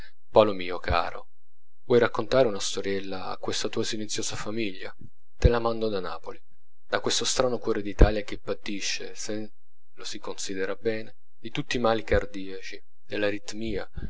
paolo mio caro vuoi raccontare una storiella a questa tua silenziosa famiglia te la mando da napoli da questo strano cuore d'italia che patisce se lo si considera bene di tutti i mali cardiaci